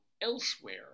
elsewhere